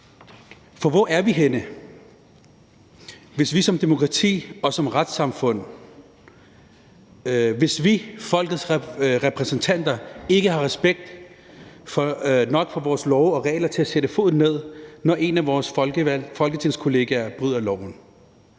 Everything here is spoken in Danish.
For hvor er vi henne, hvis vi som demokrati og som retssamfund og som folkets repræsentanter ikke har respekt nok for vores love og regler til at sætte foden ned, når en af vores folketingskollegaer bryder loven?